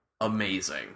amazing